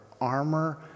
armor